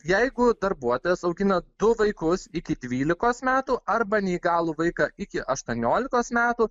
jeigu darbuotojas augina du vaikus iki dvylikos metų arba neįgalų vaiką iki aštuoniolikos metų